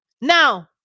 Now